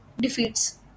defeats